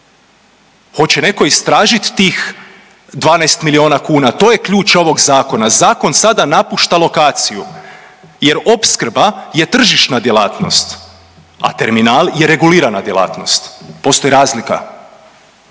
Hoće netko istražit tih 12 milijuna kuna? To je ključ ovog zakona. Zakon sada napušta lokaciju, jer opskrba je tržišna djelatnost, a terminal je regulirana djelatnost. Postoji razlika.